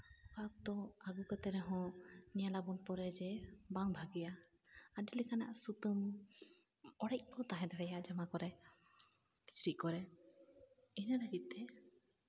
ᱟᱫᱚ ᱟᱹᱜᱩ ᱠᱟᱛᱮ ᱨᱮᱦᱚᱸ ᱧᱮᱞᱟᱵᱚᱱ ᱯᱚᱨᱮ ᱡᱮ ᱵᱟᱝ ᱵᱷᱟᱹᱜᱤᱭᱟ ᱟᱹᱰᱤᱞᱮᱠᱟᱱᱟᱜ ᱥᱩᱛᱟᱹᱢ ᱚᱲᱮᱡ ᱠᱚ ᱛᱟᱦᱮᱸ ᱫᱟᱲᱮᱭᱟᱜᱼᱟ ᱡᱟᱢᱟ ᱠᱚᱨᱮᱜ ᱠᱤᱪᱨᱤᱪ ᱠᱚᱨᱮ ᱤᱱᱟᱹ ᱞᱟᱹᱜᱤᱫ ᱛᱮ